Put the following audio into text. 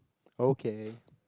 okay